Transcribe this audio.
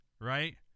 right